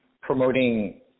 promoting